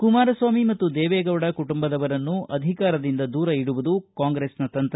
ಕುಮಾರಸ್ವಾಮಿ ಮತ್ತು ದೇವೆಗೌಡ ಕುಟುಂಬದವರನ್ನು ಅಧಿಕಾರದಿಂದ ದೂರ ಇಡುವುದು ಕಾಂಗ್ರೆಸ್ನ ತಂತ್ರ